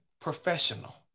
professional